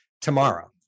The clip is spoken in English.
tomorrow